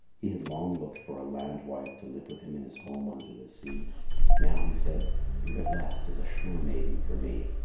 he had long looked for a land wife to live with him in his home under the sea now he said, here at last is a shore maiden for me,